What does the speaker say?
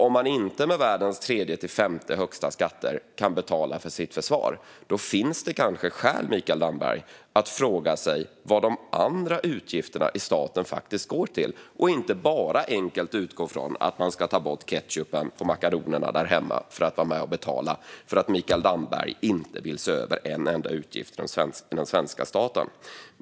Om man inte med världens tredje till femte högsta skatter kan betala för sitt försvar finns det kanske skäl, Mikael Damberg, att fråga sig vad de andra utgifterna i staten faktiskt går till. Det är en bra fråga att ställa sig, och inte bara enkelt utgå ifrån att man ska ta bort ketchupen på makaronerna där hemma för att vara med och betala för att Mikael Damberg inte vill se över en enda utgift för den svenska staten.